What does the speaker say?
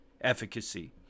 efficacy